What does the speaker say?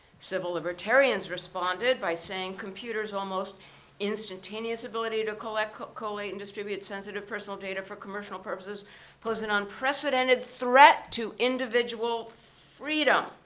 civil libertarians responded by saying computers' almost instantaneous ability to collect, collate, and distribute sensitive personal data for commercial purposes posed an unprecedented threat to individual freedom.